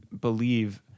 believe